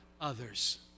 others